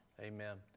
Amen